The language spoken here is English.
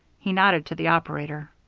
he nodded to the operator.